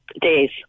Days